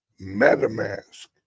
MetaMask